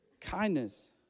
Kindness